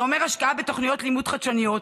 זה אומר השקעה בתוכניות לימוד חדשניות,